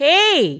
Hey